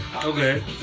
Okay